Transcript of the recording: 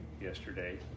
yesterday